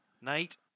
Nate